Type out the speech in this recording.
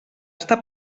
està